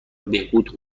بهبود